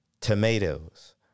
tomatoes